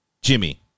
Jimmy